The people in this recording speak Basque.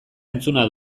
entzuna